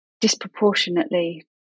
disproportionately